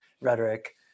rhetoric